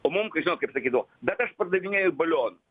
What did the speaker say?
o mum kai žinot kaip sakydavo bet aš pardavinėju balionus